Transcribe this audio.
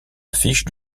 affiches